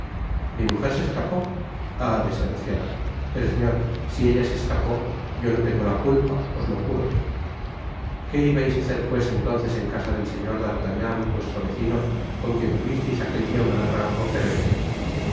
mi mujer se escapó ah desgraciada pero señor si ella se escapó yo no tengo la culpa os lo juro qué ibais á hacer pues entonces en casa del señor d'artagnan vuestro vecino con quien tuvisteis aquel dia una larga conferencia